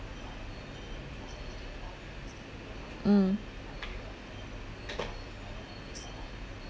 mm